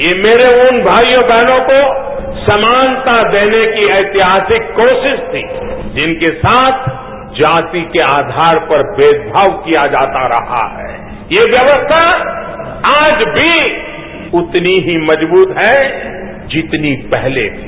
ये मेरे उन भाइयों बहनों को समानता देने की ऐतिहासिक कोशिश थी जिनके साथ जाति के आवार पर मेदभाव किया जाता रहा है ये व्यवस्था आज भी उतनी ही मजबूत है जितनी पहले थी